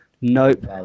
Nope